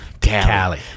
Cali